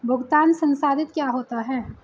भुगतान संसाधित क्या होता है?